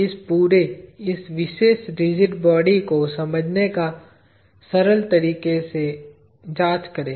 इस पूरे इस विशेष रिजिड बॉडी को समझने का सरल तरीके की जांच करें